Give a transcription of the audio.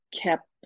kept